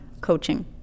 coaching